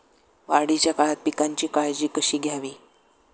वाढीच्या काळात पिकांची काळजी कशी घ्यावी?